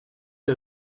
der